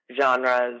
genres